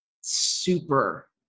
super